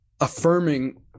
affirming